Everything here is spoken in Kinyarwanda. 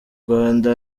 rwanda